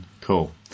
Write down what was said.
cool